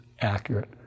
accurate